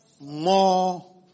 more